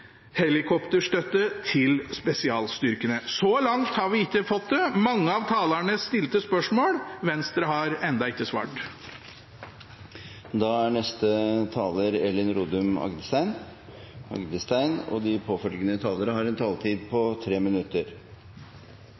helikopterstøtte til spesialstyrkene. Så langt har vi ikke fått det. Mange av talerne har stilt spørsmål. Venstre har ennå ikke svart. De talerne som heretter får ordet, har en taletid på inntil 3 minutter. I mer enn én generasjon har